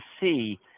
see